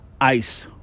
Ice